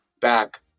back